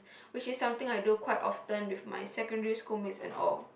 which is something I do quite often with my secondary schoolmates and all